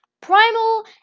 Primal